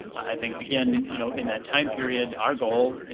i think again, you know, in that time period, our goal,